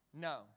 No